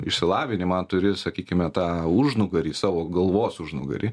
išsilavinimą turi sakykime tą užnugarį savo galvos užnugarį